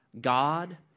God